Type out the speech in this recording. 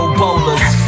bowlers